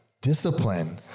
Discipline